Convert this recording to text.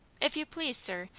if you please, sir,